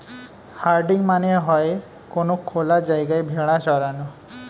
herding মানে হয়ে কোনো খোলা জায়গায় ভেড়া চরানো